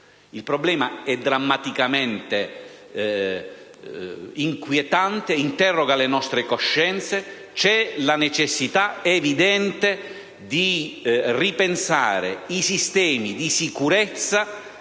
Il problema è drammaticamente inquietante, interroga le nostre coscienze. C'è l'evidente necessità di ripensare i sistemi di sicurezza